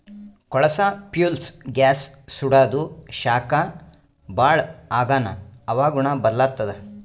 ಕೊಳಸಾ fuels gas ಸುಡಾದು ಶಾಖ ಭಾಳ್ ಆಗಾನ ಹವಾಗುಣ ಬದಲಾತ್ತದ